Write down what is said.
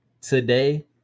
today